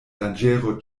danĝero